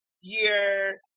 year